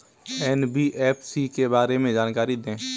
NBFC के बारे में जानकारी दें?